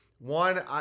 One